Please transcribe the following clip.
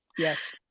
yes.